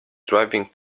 driving